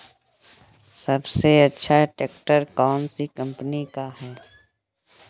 सबसे अच्छा ट्रैक्टर कौन सी कम्पनी का है?